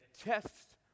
tests